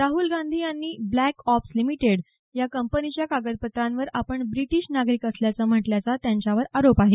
राहल गांधी यांनी black ops limited या कंपनीच्या कागदपत्रांवर आपण ब्रिटीश नागरिक असल्याचं म्हटल्याचा त्यांच्यावर आरोप आहे